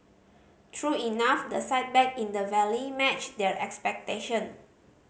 true enough the sight back in the valley matched their expectation